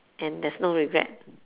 and there's no regret